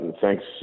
thanks